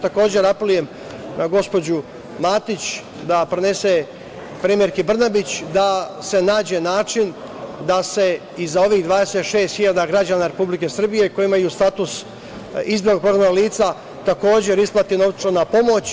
Takođe apelujem na gospođu Matić da prenese premijerki Brnabić da se nađe način da se i za ovih 26.000 građana Republike Srbije koji imaju status izbeglih i prognanih lica takođe isplati novčana pomoć.